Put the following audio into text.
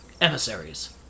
Emissaries